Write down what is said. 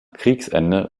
kriegsende